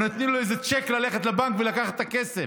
או שנותנים לו איזה צ'ק ללכת לבנק ולקחת את הכסף.